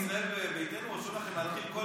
בתקנון של ישראל ביתנו רשום לכם להתחיל כל משפט,